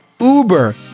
Uber